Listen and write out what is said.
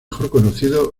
conocido